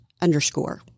underscore